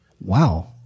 Wow